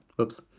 Oops